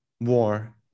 war